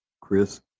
Chris